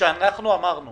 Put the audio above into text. וכשאנחנו אמרנו